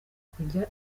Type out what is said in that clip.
kujya